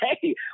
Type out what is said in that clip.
hey